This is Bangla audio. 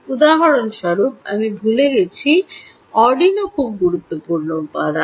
উদাহরণস্বরূপ আমি ভুলে গেছি অর্ডিনো খুব গুরুত্বপূর্ণ উপাদান